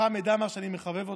חמד עמאר, שאני מחבב אותו,